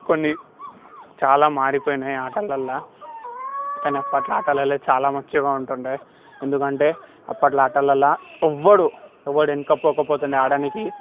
కొన్ని చాలా మారిపోయాయి ఆటలలో కాని అప్పట్లో ఆటలల్లో చాలా మంచిగా ఉంటుండే ఎందుకంటే అప్పట్లో ఆటలల్లో ఎవడు వెనకకి పోతుండే ఆడటానికి